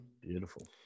beautiful